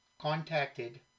contacted